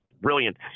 brilliant